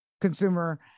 consumer